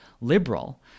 liberal